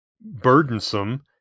burdensome